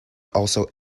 also